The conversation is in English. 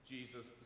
Jesus